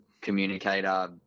communicator